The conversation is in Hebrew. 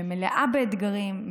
שמלאה באתגרים,